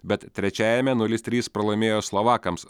bet trečiajame nulis trys pralaimėjo slovakams